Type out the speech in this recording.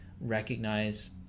recognize